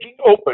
open